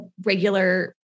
regular